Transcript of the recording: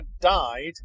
died